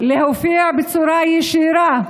להופיע בצורה ישירה,